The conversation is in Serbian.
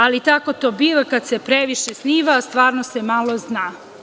Ali, tako to biva kad se previše sniva a stvarnost se malo zna.